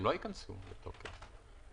הן לא ייכנסו לתוקף.